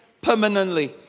permanently